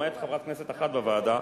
למעט חברת כנסת אחת בוועדה,